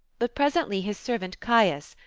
but presently his servant caius,